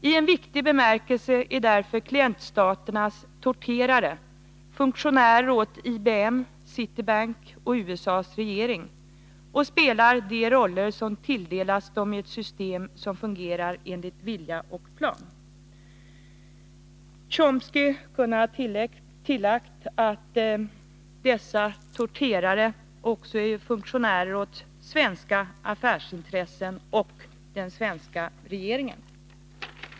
I en viktig bemärkelse är därför klientstaternas torterare funktionärer åt IBM och Citibank, Allis Chalmers och USA:s regering, och spelar de roller som tilldelats dem i ett system som fungerar enligt vilja och plan.” Chomsky kunde ha tillagt att dessa torterare också är funktionärer åt svenska affärsintressen och åt den svenska regeringen.